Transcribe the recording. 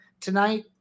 tonight